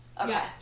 Okay